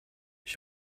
ich